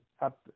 up